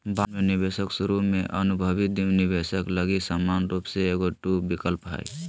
bond में निवेश शुरु में अनुभवी निवेशक लगी समान रूप से एगो टू विकल्प हइ